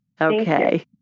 okay